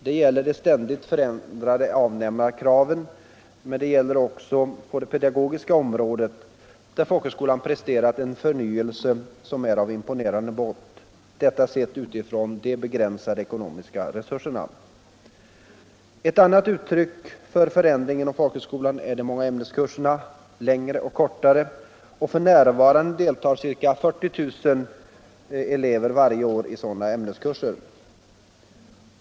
Det gäller de ständigt förändrade avnämarkraven, men det gäller också på det pedagogiska området, där folkhögskolan presterat en förnyelse som är av imponerande mått sett utifrån de begränsade ekonomiska resurserna. Ett annat uttryck för förändring inom folkhögskolan är de många ämneskurserna, längre och kortare, och f. n. deltar ca 40 000 elever varje år i sådana ämneskurser.